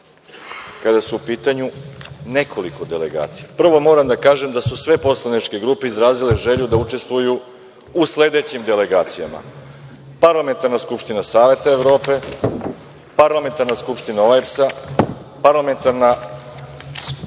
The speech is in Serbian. kada su pitanju nekoliko delegacija. Prvo, moram da kažem da su sve poslaničke grupe izrazile želju da učestvuju u sledećim delegacijama: Parlamentarna skupština Saveta Evrope, Parlamentarna skupština OEBS-a, Parlamentarna